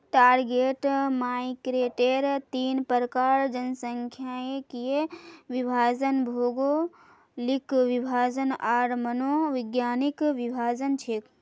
target marketer तीन प्रकार जनसांख्यिकीय विभाजन, भौगोलिक विभाजन आर मनोवैज्ञानिक विभाजन छेक